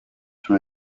sur